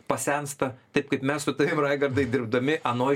pasensta taip kaip mes su tavim raigardai dirbdami anoj